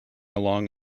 along